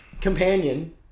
companion